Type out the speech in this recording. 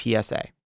PSA